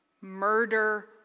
Murder